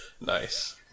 Nice